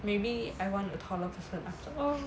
maybe I want a taller person after all